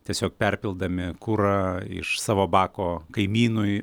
tiesiog perpildami kurą iš savo bako kaimynui